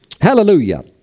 Hallelujah